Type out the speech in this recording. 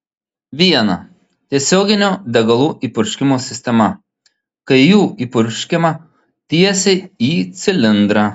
viena tiesioginio degalų įpurškimo sistema kai jų įpurškiama tiesiai į cilindrą